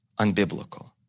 unbiblical